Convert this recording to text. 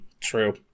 True